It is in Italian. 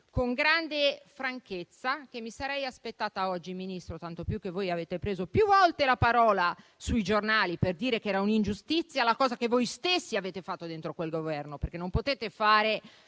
con grande franchezza che mi sarei aspettata altro da lei oggi, signor Ministro; tanto più che voi avete preso più volte la parola sui giornali per dire che era un'ingiustizia la cosa che voi stessi avete fatto dentro quel Governo. Non potete fare